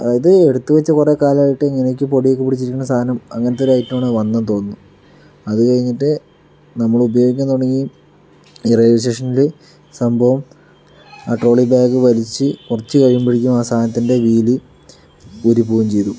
അത് എടുത്തു വച്ച് കുറേ കാലമായിട്ട് ഇങ്ങനെയൊക്കെ പൊടിയൊക്കെ പിടിച്ചിരിക്കുന്ന സാധനം അങ്ങനത്തെ ഒരു ഐറ്റമാണ് വന്നതെന്ന് തോന്നുന്നു അതു കഴിഞ്ഞിട്ട് നമ്മൾ ഉപയോഗിക്കാൻ തുടങ്ങി റെയിൽവേ സ്റ്റേഷനിൽ സംഭവം ആ ട്രോളി ബാഗ് വലിച്ച് കുറച്ച് കഴിയുമ്പോഴേക്കും ആ സാധനത്തിൻ്റെ വീൽ ഊരി പോവുകയും ചെയ്തു